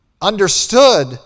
understood